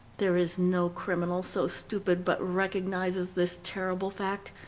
there is no criminal so stupid but recognizes this terrible fact,